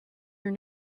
your